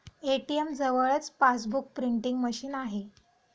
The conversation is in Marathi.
ए.टी.एम जवळच पासबुक प्रिंटिंग मशीन आहे